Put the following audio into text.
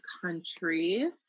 country